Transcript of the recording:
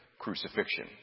crucifixion